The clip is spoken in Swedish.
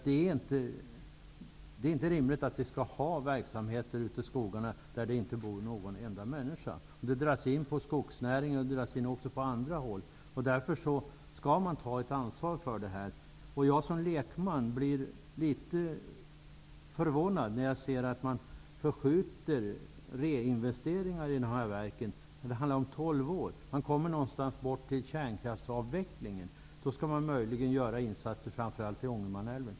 Det är inte rimligt att det skall förekomma verksamheter ute i skogarna utan att det där bor någon enda människa. Det dras in på skogsnäringen och även på andra håll, och man skall därför ta ett ansvar för detta. Jag blir som lekman litet förvånad när jag ser att man senarelägger reinvesteringar i de kraftverk som det gäller. Det handlar om tolv år. Det betyder att man kommer fram till kärnkraftsavvecklingen innan det möjligen skall göras några insatser, framför allt i Ångermanälven.